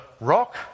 rock